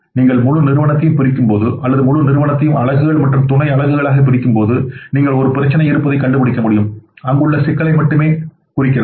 நீங்கள் முழு நிறுவனத்தையும் பிரிக்கும்போது அல்லது முழு நிறுவனத்தையும் அலகுகள் மற்றும் துணை அலகுகளாகப் பிரிக்கும்போது நீங்கள் ஒரு பிரச்சனை இருப்பதைக் கண்டுபிடிக்க முடியும் அது அங்குள்ள சிக்கலை மட்டுமே குறிக்கிறது